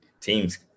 Teams